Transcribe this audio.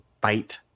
bite